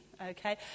Okay